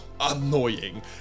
annoying